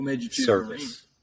service